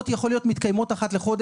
חלק.